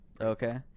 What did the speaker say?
Okay